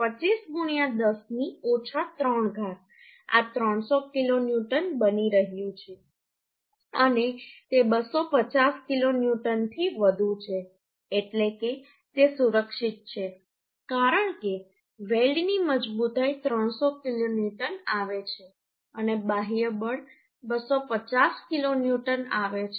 25 10 ની ઓછા 3 ઘાત આ 300 કિલો ન્યૂટન બની રહ્યું છે અને તે 250 કિલોન્યુટનથી વધુ છે એટલે કે તે સુરક્ષિત છે કારણ કે વેલ્ડની મજબૂતાઈ 300 કિલોન્યુટન આવે છે અને બાહ્ય બળ 250 કિલોન્યુટન આવે છે